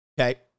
Okay